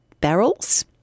barrels